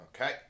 Okay